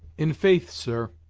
in faith, sir,